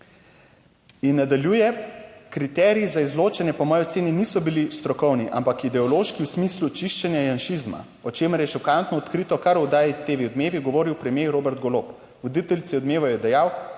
In nadaljuje, "Kriteriji za izločanje po moji oceni niso bili strokovni, ampak ideološki v smislu čiščenja janšizma, o čemer je šokantno odkrito kar v oddaji TV Odmevi govoril premier Robert Golob. Voditeljici Odmevov je dejal…"